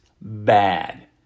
Bad